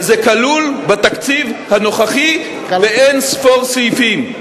וזה כלול בתקציב הנוכחי באין-ספור סעיפים.